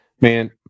Man